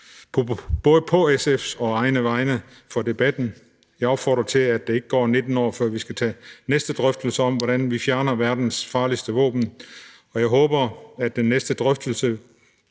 både på SF's og egne vegne for debatten. Jeg opfordrer til, at der ikke går 19 år, før vi skal tage de næste drøftelser om, hvordan vi fjerner verdens farligste våben, og jeg håber, at den næste drøftelse